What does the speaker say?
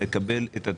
מקבל את הטיפול.